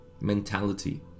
mentality